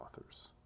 authors